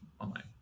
online